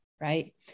right